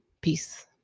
peace